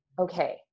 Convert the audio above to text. okay